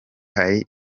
hari